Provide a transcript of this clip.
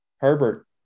Herbert